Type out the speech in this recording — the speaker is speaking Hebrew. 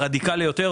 הרדיקלי יותר,